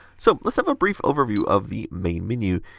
so, let's have a brief overview of the main menu.